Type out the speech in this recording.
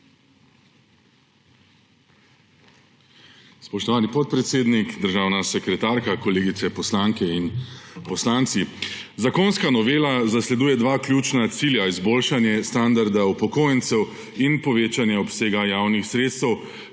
Spoštovani podpredsednik, državna sekretarka, kolegice poslanke in kolegi poslanci! Zakonska novela zasleduje dva ključna cilja, izboljšanje standarda upokojencev in povečanje obsega javnih sredstev,